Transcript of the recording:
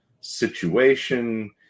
situation